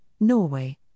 Norway